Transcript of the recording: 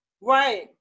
right